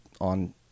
on